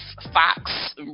fox